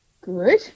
Good